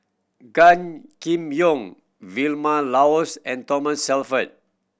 Gan Kim Yong Vilma Laus and Thomas Shelford